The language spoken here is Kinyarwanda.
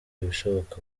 ibishoboka